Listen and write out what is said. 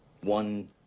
one